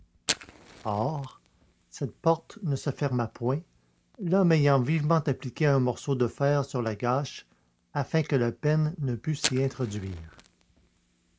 cette porte ne se ferma point l'homme ayant vivement appliqué un morceau de fer sur la gâche afin que le pène ne pût s'y introduire